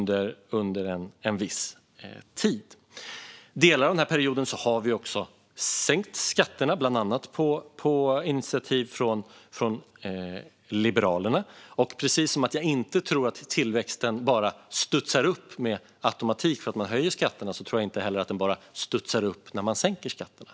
Delar av den här perioden har vi också sänkt skatterna, bland annat på initiativ från Liberalerna. Precis som jag inte tror att tillväxten bara studsar upp per automatik för att man höjer skatterna tror jag inte heller att den studsar upp när man sänker skatterna.